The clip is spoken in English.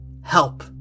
help